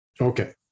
Okay